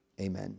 Amen